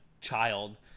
child